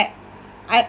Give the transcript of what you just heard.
I